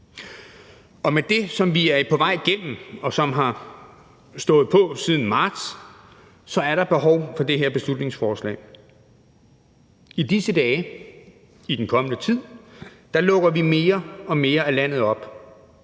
med det, som vi er på vej igennem, og som har stået på siden marts, er der behov for det her beslutningsforslag. I disse dage, i den kommende tid, lukker vi mere og mere af landet op,